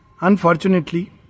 Unfortunately